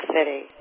City